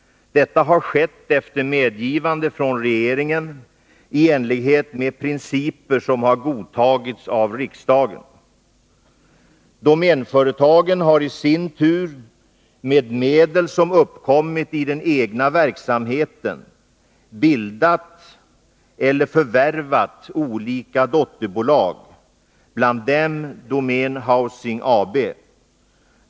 Detta har skett efter medgivande från regeringen i enlighet med principer som har godtagits av riksdagen. Domänföretagen har i sin tur med medel, som uppkommit i den egna verksamheten, bildat eller förvärvat olika dotterbolag, bland dem Domän Housing AB.